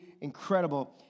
incredible